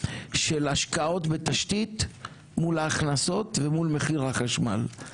של השקעות בתשתית מול ההכנסות ומול מחיר החשמל.